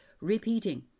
repeating